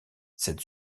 cette